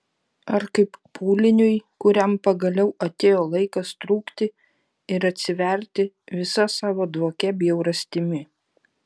ar kaip pūliniui kuriam pagaliau atėjo laikas trūkti ir atsiverti visa savo dvokia bjaurastimi